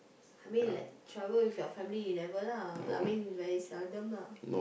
I mean like travel with your family never lah I mean that is seldom lah